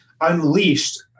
unleashed